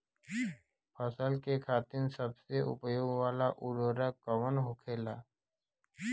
फसल के खातिन सबसे उपयोग वाला उर्वरक कवन होखेला?